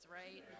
right